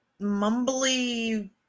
mumbly